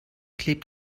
klebt